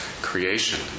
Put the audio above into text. creation